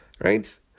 Right